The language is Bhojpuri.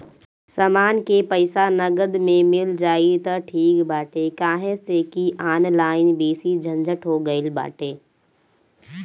समान के पईसा नगद में मिल जाई त ठीक बाटे काहे से की ऑनलाइन बेसी झंझट हो गईल बाटे